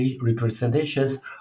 representations